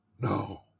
No